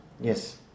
Yes